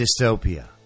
dystopia